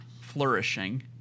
flourishing